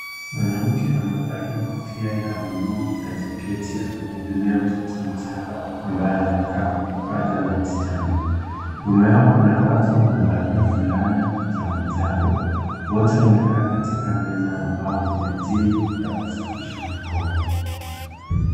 Mwanamke amevalia kofia ya bluu na jaketi anamhudumia mtoto mchanga ambaye amekaa kwenye paja la msichana. Nyuma yao kuna watu wamevalia fulana za manjano. Wote wamekaa katika meza ambayo kuna jelly ya kusafisha vikombe.